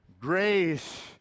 grace